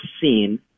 seen